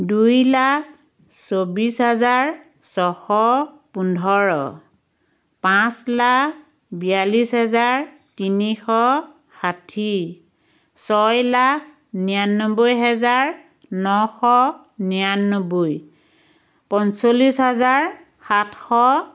দুই লাখ চৌব্বিছ হাজাৰ ছশ পোন্ধৰ পাঁচ লাখ বিৰাল্লিছ হেজাৰ তিনিশ ষাঠি ছয় লাখ নিৰান্নব্বৈ হেজাৰ নশ নিৰান্নব্বৈ পঞ্চল্লিছ হাজাৰ সাতশ